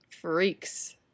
Freaks